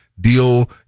deal